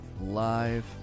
Live